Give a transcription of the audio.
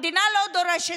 המדינה לא דורשת